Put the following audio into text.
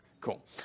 Cool